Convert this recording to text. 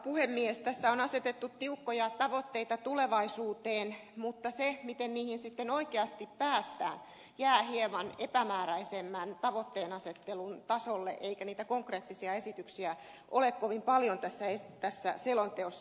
tässä on asetettu tiukkoja tavoitteita tulevaisuuteen mutta se miten niihin sitten oikeasti päästään jää hieman epämääräisemmän tavoitteenasettelun tasolle eikä niitä konkreettisia esityksiä ole kovin paljon tässä selonteossa